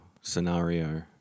scenario